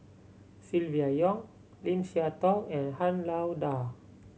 Silvia Yong Lim Siah Tong and Han Lao Da